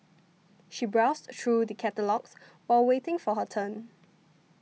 she browsed through the catalogues while waiting for her turn